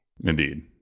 indeed